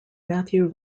matthew